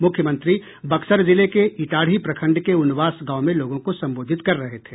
मुख्यमंत्री बक्सर जिले के इटाढ़ी प्रखंड के उनवास गांव में लोगों को संबोधित कर रहे थे